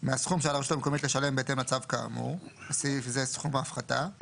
מהסכום שעל הרשות המקומית לשלם בהתאם לצו כאמור (בסעיף זה סכום ההפחתה);